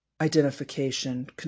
identification